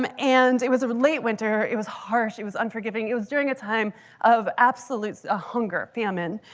um and it was a late winter. it was harsh. it was unforgiving. it was during a time of absolute ah hunger, famine.